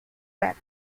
web